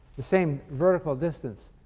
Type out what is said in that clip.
the same vertical distance